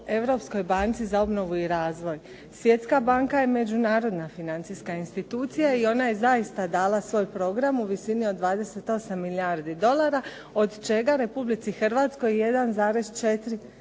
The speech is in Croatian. Europskoj banci za obnovu i razvoj. Svjetska banka je međunarodna financijska institucija i ona je zaista dala svoj program u visini od 28 milijardi dolara, od čega Republici Hrvatskoj 1,4 milijarde